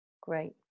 Great